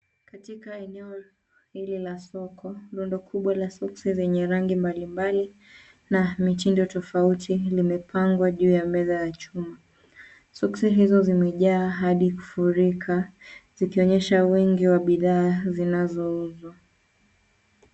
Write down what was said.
Katika eneo hili la soko, rundo kubwa la soksi zenye rangi mbalimbali na mitindo tofauti limepangwa juu ya meza ya chuma. Soksi izo zimejaa hadi kufurika zikionyesha wingi wa bidhaa zinazouzwa.